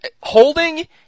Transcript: Holding